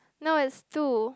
no it's two